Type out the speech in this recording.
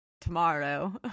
tomorrow